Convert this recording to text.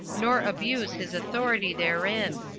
nor abuse his authority therein.